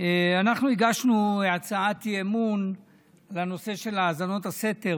אנחנו הגשנו הצעת אי-אמון בנושא של האזנות הסתר.